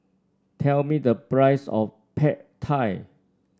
tell me the price of Pad Thai